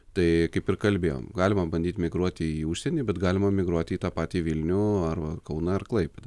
tai kaip ir kalbėjom galima bandyt migruoti į užsienį bet galima migruoti į tą patį vilnių arba kauną ar klaipėdą